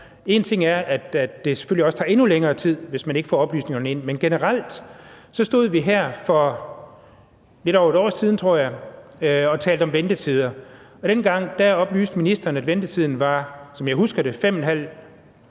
én ting er selvfølgelig, at det tager endnu længere tid, hvis man ikke får oplysningerne ind, men generelt stod vi her for lidt over et år siden, tror jeg, og talte om ventetider, og dengang oplyste ministeren, at ventetiden, som jeg husker det, var 5½ måned,